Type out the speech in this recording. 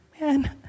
man